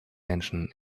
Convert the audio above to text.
menschen